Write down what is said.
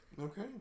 Okay